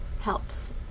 helps